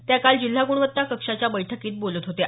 त्या काल जिल्हा गुणवत्ता कक्षाच्या बैठकीत बोलत होत्या